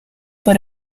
por